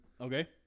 Okay